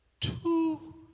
two